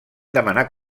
demanar